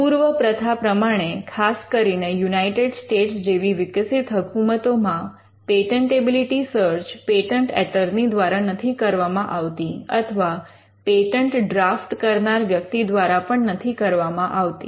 પૂર્વપ્રથા પ્રમાણે ખાસ કરીને યુનાઇટેડ સ્ટેટ્સ જેવી વિકસિત હકુમતોમાં પેટન્ટેબિલિટી સર્ચ પેટન્ટ એટર્ની દ્વારા નથી કરવામાં આવતી અથવા પેટન્ટ ડ્રાફ્ટ કરનાર વ્યક્તિ દ્વારા પણ નથી કરવામાં આવતી